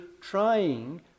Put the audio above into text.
trying